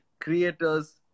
creators